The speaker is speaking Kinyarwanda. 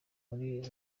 muri